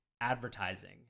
advertising